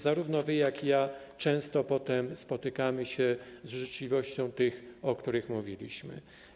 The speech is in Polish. Zarówno wy, jak i ja często potem spotykamy się z życzliwością tych, o których mówiliśmy.